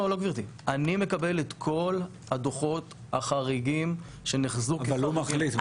אני מקבל את כל הדוחות החריגים שנחזו --- אתה לא מחליט.